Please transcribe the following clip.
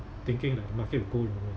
thinking like the market will go lower